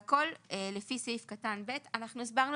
והכול לפי סעיף קטן (ב),"; אנחנו הסברנו